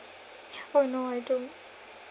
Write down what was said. oh no I don't